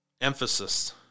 Emphasis